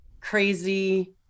crazy